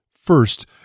First